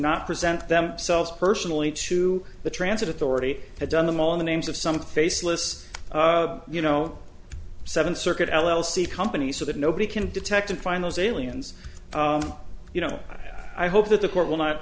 not present themselves personally to the transit authority had done them all the names of some faceless you know seven circuit l l c companies so that nobody can detect and find those aliens you know i hope that the court will not